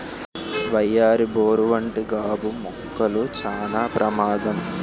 వయ్యారి బోరు వంటి గాబు మొక్కలు చానా ప్రమాదం